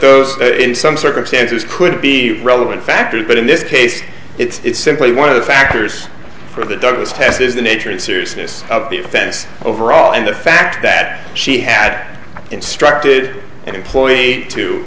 those in some circumstances could be relevant factors but in this case it's simply one of the factors for the doctors test is the nature and seriousness of the offense overall and the fact that she had instructed an employee to